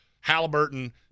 Halliburton